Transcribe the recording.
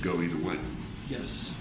go either way yes